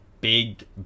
big